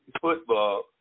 football